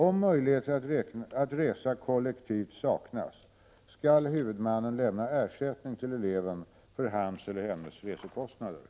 Om möjligheter att resa kollektivt saknas, skall huvudmannen lämna ersättning till eleven för hans eller hennes resekostnader.